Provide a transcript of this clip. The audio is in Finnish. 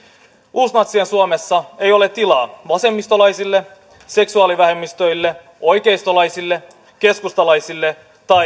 uusnatsien suomessa ei ole tilaa vasemmistolaisille seksuaalivähemmistöille oikeistolaisille keskustalaisille